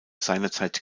seinerzeit